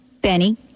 Benny